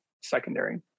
secondary